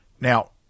Now